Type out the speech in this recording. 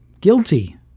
Guilty